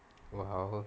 !wow!